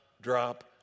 drop